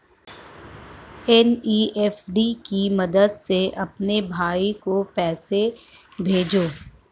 NEFT की मदद से अपने भाई को पैसे भेजें